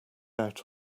out